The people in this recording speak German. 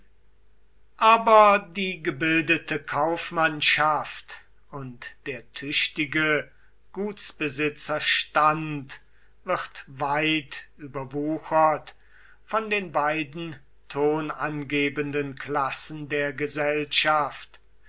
aber die gebildete kaufmannschaft und der tüchtige gutsbesitzerstand wird weit überwuchert von den beiden tonangebenden klassen der gesellschaft